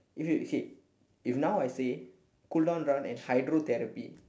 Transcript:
okay okay if now I say cool down run and hydrotherapy